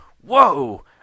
whoa